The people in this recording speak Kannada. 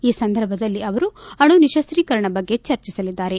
ಈ ಸಂದರ್ಭದಲ್ಲಿ ಅವರು ಅಣು ನಿಶಸ್ತೀಕರಣ ಬಗ್ಗೆ ಚರ್ಚಿಸಲಿದ್ದಾರೆ